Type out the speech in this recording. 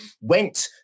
went